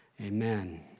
Amen